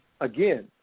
again